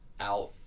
out